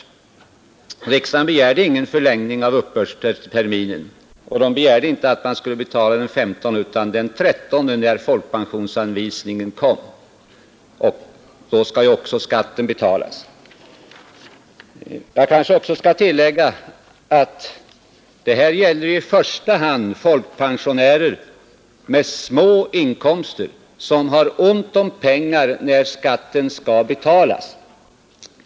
Riksdagen begärde ingen förlängning av uppbördsterminen. Den begärde inte att man skulle betala den 15 utan den 13, när folkpensionsanvisningen kom. Då skall ju också skatten betalas. Jag kanske också skall tillägga att den här frågan i första hand gäller folkpensionärer med små inkomster som har ont om pengar när skatten skall betalas.